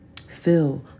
fill